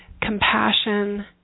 compassion